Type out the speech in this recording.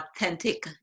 authentic